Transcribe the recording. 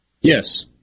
yes